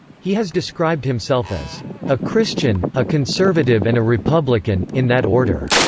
he has described himself as a christian, a conservative and a republican, in that order,